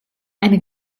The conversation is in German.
eine